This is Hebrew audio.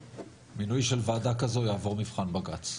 מינוי של ועדה כזו יעבור מבחן בג"צ?